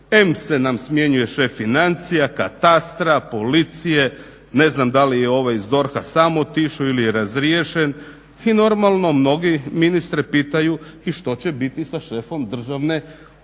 em se nam smjenjuje šef financija, katastra, policije, ne znam da li je ovaj iz DORH-a sam otišao ili je razriješen i normalno mnogi ministre pitaju i što će biti sa šefom državne uprave.